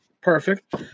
perfect